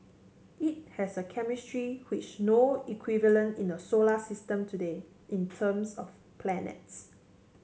it has a chemistry which no equivalent in the solar system today in terms of planets